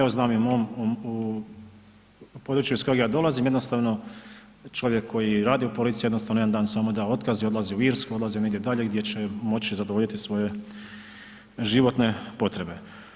Ja znam i u mom području iz kojeg ja dolazim jednostavno čovjek koji radi u policiji jednostavno jedan dan samo da otkaz i odlazi u Irsku, odlazi negdje dalje gdje će moći zadovoljiti svoje životne potrebe.